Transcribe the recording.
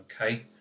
Okay